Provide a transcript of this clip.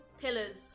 pillars